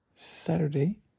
Saturday